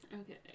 Okay